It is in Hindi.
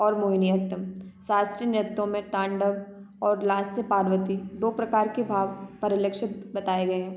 और मोहिनीअट्टम शास्त्रीय नृत्यों में तांडव और लास्य पार्वती दो प्रकार के भाव पर लक्षित बताए गए हैं